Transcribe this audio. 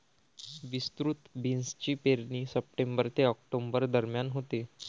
विस्तृत बीन्सची पेरणी सप्टेंबर ते ऑक्टोबर दरम्यान होते